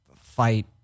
fight